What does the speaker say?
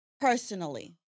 personally